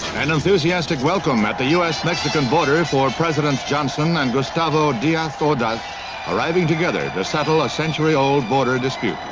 an enthusiastic welcome, at the us mexican border, for president johnson and gustavo diaz ordaz arriving together to settle a century-old border dispute.